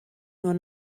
nur